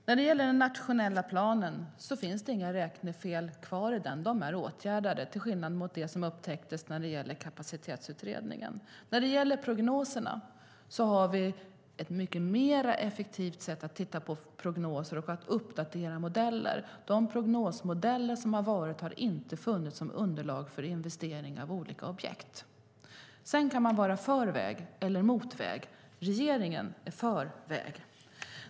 Fru talman! I den nationella planen finns det inga räknefel kvar. De är åtgärdade, till skillnad från dem som upptäcktes när det gäller Kapacitetsutredningen. När det gäller prognoserna har vi ett mycket mer effektivt sätt att titta på prognoser och uppdatera modeller. De prognosmodeller som har använts har inte funnits med som underlag för investeringar i olika objekt. Sedan kan man vara för väg eller mot väg. Regeringen är för väg.